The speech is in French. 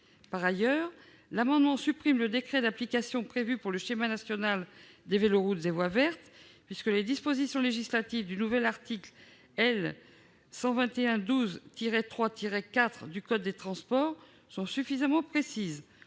Par ailleurs, il a pour objet de supprimer le décret d'application prévu pour le schéma national des véloroutes et voies vertes puisque les dispositions législatives du nouvel article L. 1212-3-4 du code des transports sont suffisamment précises.